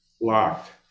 locked